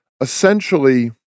essentially